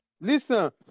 listen